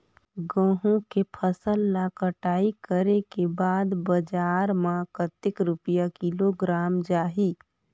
गंहू के फसल ला कटाई करे के बाद बजार मा कतेक रुपिया किलोग्राम जाही?